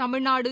Tamil Nadu